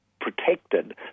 protected